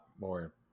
more